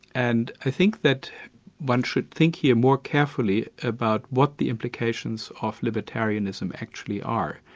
and i think that one should think here more carefully about what the implications of libertarianism actually are.